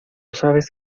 sabes